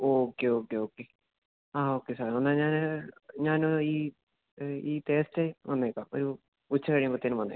okay okay okay ആ okay sir എന്നാല് ഞാന് ഞാന് ഈ ഈ തേസ്ഡേ വന്നേക്കാം ഒരു ഉച്ച കഴിയുമ്പോഴത്തേക്കും വന്നേക്കാം